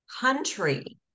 country